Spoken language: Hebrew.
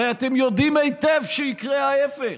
הרי אתם יודעים היטב שיקרה ההפך,